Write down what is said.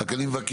רק אני מבקש,